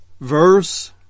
verse